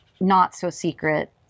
not-so-secret